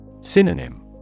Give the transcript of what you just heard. Synonym